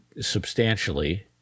substantially